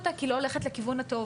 אותה כי היא לא הולכת לכיוון הטוב?